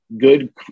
good